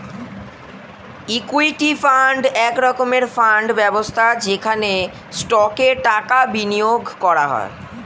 equity fund এক রকমের fund ব্যবস্থা যেখানে স্টকে টাকা বিনিয়োগ করা হয়